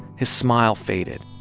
his smile faded.